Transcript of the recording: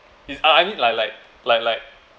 it's ah I mean like like like like